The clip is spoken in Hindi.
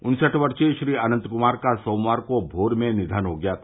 उनसठ वर्षीय श्री अंनत कुमार का सोमवार को भोर में निधन हो गया था